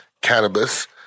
cannabis